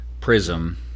prism